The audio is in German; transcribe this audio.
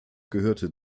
gehörte